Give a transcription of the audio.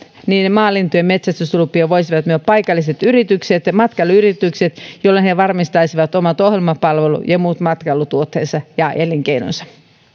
niiden maalintujen metsästyslupia voisivat myydä paikalliset matkailuyritykset jolloin ne varmistaisivat omat ohjelmapalvelu ja muut matkailutuotteensa ja elinkeinonsa